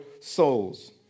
souls